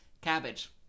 cabbage